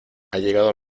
llegado